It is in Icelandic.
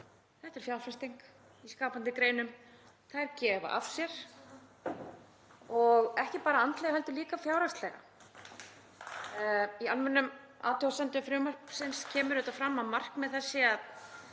Þetta er fjárfesting í skapandi greinum. Þær gefa af sér, ekki bara andlega heldur líka fjárhagslega. Í almennum athugasemdum frumvarpsins kemur fram að markmið þess sé